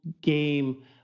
game